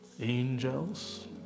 angels